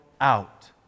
out